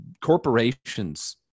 corporations